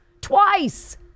twice